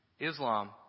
Islam